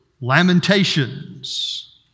Lamentations